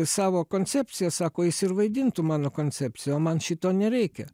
savo koncepciją sako jis ir vaidintų mano koncepciją o man šito nereikia